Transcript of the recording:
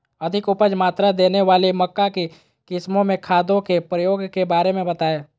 अधिक उपज मात्रा देने वाली मक्का की किस्मों में खादों के प्रयोग के बारे में बताएं?